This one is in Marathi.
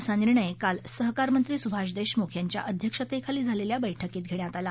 असा निर्णय काल सहकार मंत्री सुभाष देशमुख यांच्या अध्यक्षतेखाली झालेल्या बैठकीत घेण्यात आला